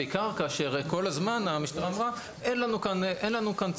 בעיקר כאשר כל הזמן המשטרה אמרה: אין לנו כאן צורך,